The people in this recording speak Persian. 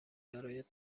برات